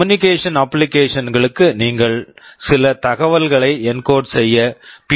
communication application communication application களுக்கு நீங்கள் சில தகவல்களை என்கோட் encode செய்ய பி